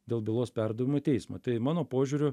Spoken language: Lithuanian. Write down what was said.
dėl bylos perdavimo į teismą tai mano požiūriu